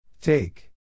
Take